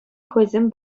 хӑйсем